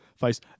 face